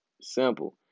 Simple